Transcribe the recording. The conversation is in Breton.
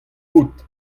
paotr